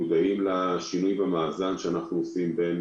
אנחנו מודעים לשינוי שאנחנו עושים במאזן שבין